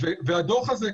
הדוח הזה,